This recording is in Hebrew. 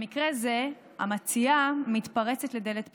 במקרה זה המציעה מתפרצת לדלת פתוחה.